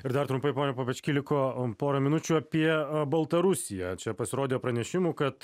ir dar trumpai pone papečky liko pora minučių apie baltarusiją čia pasirodė pranešimų kad